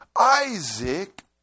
Isaac